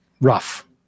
Rough